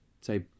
say